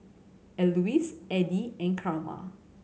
Alois Addie and Karma